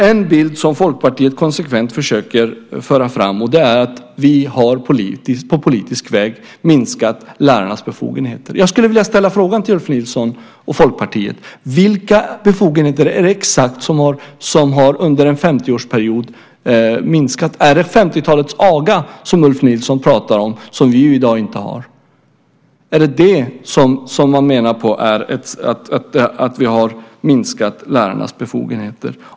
En bild som Folkpartiet konsekvent försöker föra fram är att vi på politisk väg har minskat lärarnas befogenheter. Jag vill fråga Ulf Nilsson och Folkpartiet: Vilka befogenheter är det som under en 50-årsperiod har minskat? Är det 50-talets aga som Ulf Nilsson pratar om, som vi inte har i dag? Är det det man menar med att vi har minskat lärarnas befogenheter?